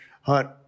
hunt